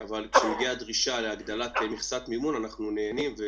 אני מחדש את הדיון בסעיף השני בסדר-היום: הנחיות החשב